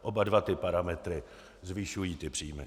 Oba dva parametry zvyšují příjmy.